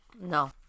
No